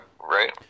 right